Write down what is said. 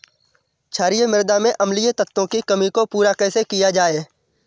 क्षारीए मृदा में अम्लीय तत्वों की कमी को पूरा कैसे किया जाए?